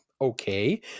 okay